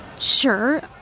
sure